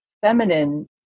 feminine